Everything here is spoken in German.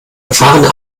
erfahrene